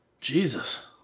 Jesus